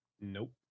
Nope